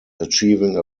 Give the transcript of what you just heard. achieving